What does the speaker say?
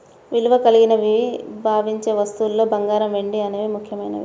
విలువ కలిగినవిగా భావించే వస్తువుల్లో బంగారం, వెండి అనేవి ముఖ్యమైనవి